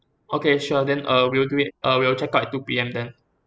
okay sure then uh we'll do it uh we'll checkout two P_M then